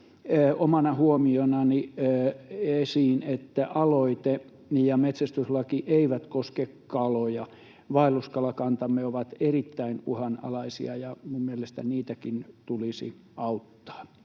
omana huomionani esiin, että aloite ja metsästyslaki eivät koske kaloja. Vaelluskalakantamme ovat erittäin uhanalaisia, ja minun mielestäni niitäkin tulisi auttaa.